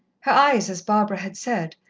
her eyes, as barbara had said,